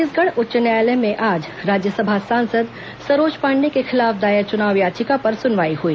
छत्तीसगढ़ उच्च न्यायालय में आज राज्यसभा सांसद सरोज पांडेय के खिलाफ दायर चुनाव याचिका पर सुनवाई हुई